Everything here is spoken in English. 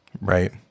right